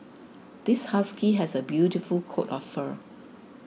this husky has a beautiful coat of fur